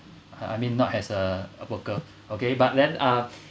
I mean not as a a worker okay but then uh